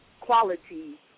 quality